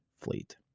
fleet